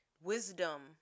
wisdom